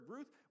Ruth